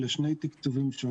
אלו הם שני תקצובים שונים.